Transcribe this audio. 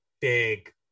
big